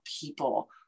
people